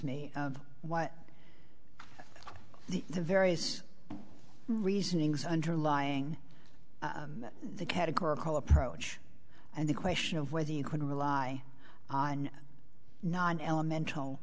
me of what the the various reasonings underlying the categorical approach and the question of whether you can rely on non elemental